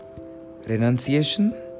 Renunciation